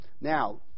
Now